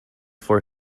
for